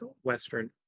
Western